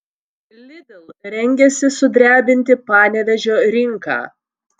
lidl rengiasi sudrebinti panevėžio rinką